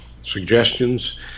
suggestions